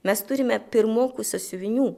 mes turime pirmokų sąsiuvinių